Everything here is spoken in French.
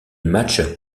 matches